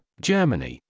Germany